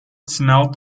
smelled